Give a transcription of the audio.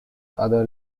other